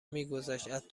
میگذشت، از